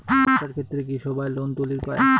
ব্যবসার ক্ষেত্রে কি সবায় লোন তুলির পায়?